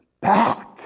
back